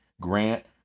Grant